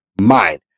mind